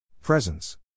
Presence